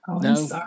no